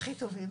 הכי טובים